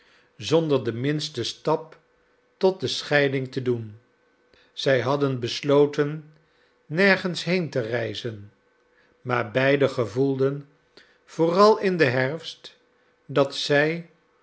zonder den minsten stap tot de scheiding te doen zij hadden besloten nergens heen te reizen maar beiden gevoelden vooral in den herfst dat zij